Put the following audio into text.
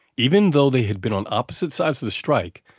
even though they had been on opposite sides of the strike,